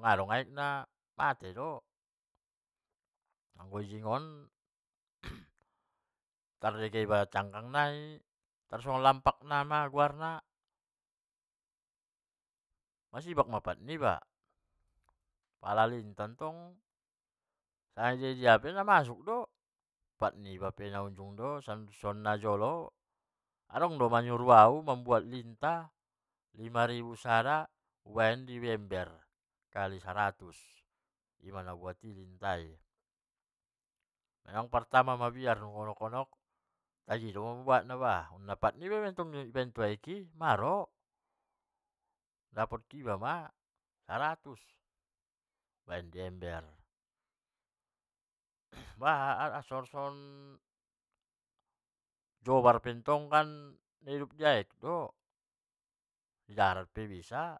nadong aek na mate do, anggi ijing on tardege iba cangkang nai tar songon lampak na aha guarna, masibak ma pat niba, pala lintah tong sanga ijia-ijia pe namasuk do, pat niba pe ba unjung do, son najolo adong do manyuru au mambuat lintah lima ribu sada di baen di ember di kali saratus, ima na ubuat i lintah i, memang pertama mabiar do tai honok honok tagi do mambuat na bah, na pat niba dottong di baen tu aek i maro, dapot iba ma saratus, di baen di ember, tar songon songon jobar pettong di aek do di darat pe bisa.,